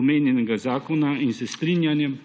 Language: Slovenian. omenjenega zakona in s strinjamo